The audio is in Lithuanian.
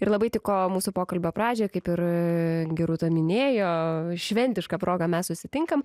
ir labai tiko mūsų pokalbio pradžiai kaip ir gerūta minėjo šventiška proga mes susitinkam